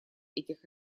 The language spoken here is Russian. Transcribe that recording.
этих